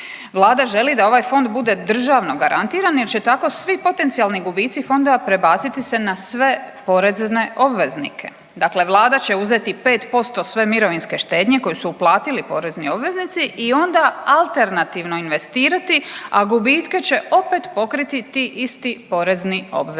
Vlada želi da ovaj fond bude državno garantiran, jer će tako svi potencijalni gubici fonda prebaciti se na sve porezne obveznike. Dakle, Vlada će uzeti 5% sve mirovinske štednje koje su uplatili porezni obveznici i onda alternativno investirati, a gubitke će opet pokriti ti isti porezni obveznici.